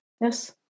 Yes